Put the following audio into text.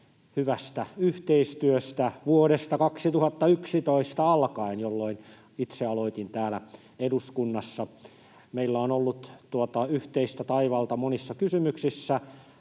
hyvästä yhteistyöstä vuodesta 2011 alkaen, jolloin itse aloitin täällä eduskunnassa. Meillä on ollut yhteistä taivalta monissa kysymyksissä.